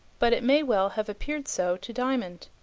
but it may well have appeared so to diamond.